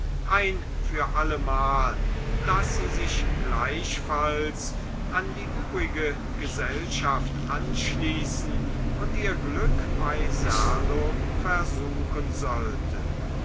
ein für allemal daß sie sich gleichfalls an die übrige gesellschaft anschließen und ihr glück bei serlo versuchen sollte